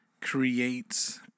creates